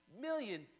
million